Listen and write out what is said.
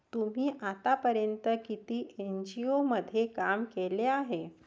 तुम्ही आतापर्यंत किती एन.जी.ओ मध्ये काम केले आहे?